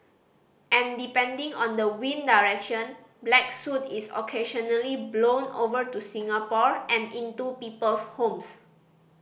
and depending on the wind direction black soot is occasionally blown over to Singapore and into people's homes